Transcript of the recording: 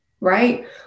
right